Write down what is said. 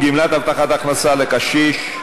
גמלת הבטחת הכנסה לקשיש),